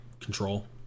control